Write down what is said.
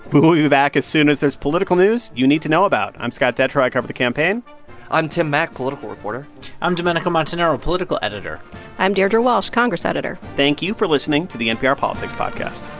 but we'll be back as soon as there's political news you need to know about. i'm scott detrow. i cover the campaign i'm tim mak, political reporter i'm domenico montanaro, political editor i'm deirdre walsh, congress editor thank you for listening to the npr politics podcast